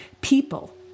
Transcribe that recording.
People